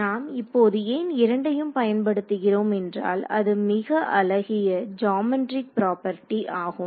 நாம் இப்போது ஏன் இரண்டையும் பயன்படுத்துகிறோம் என்றால் அது மிக அழகிய ஜாமெட்ரிக் ப்ரொபேர்ட்டி ஆகும்